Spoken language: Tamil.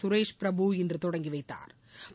சுரேஷ்பிரபு இன்று தொடங்கி வைத்தாா்